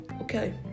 okay